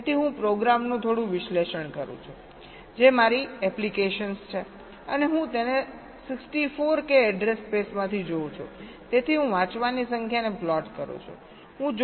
તેથી હું પ્રોગ્રામનું થોડું વિશ્લેષણ કરું છું જે મારી એપ્લિકેશન છે અને હું તેને 64 કે એડ્રેસ સ્પેસમાંથી જોઉં છું તેથી હું વાંચવાની સંખ્યાને પ્લોટ કરું છું